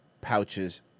pouches